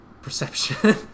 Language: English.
Perception